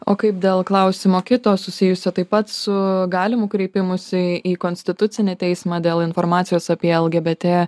o kaip dėl klausimo kito susijusio taip pat su galimu kreipimusi į konstitucinį teismą dėl informacijos apie el gė bė tė